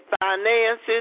finances